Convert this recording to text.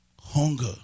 hunger